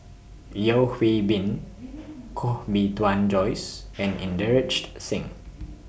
Yeo Hwee Bin Koh Bee Tuan Joyce and Inderjit Singh